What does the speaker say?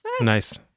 Nice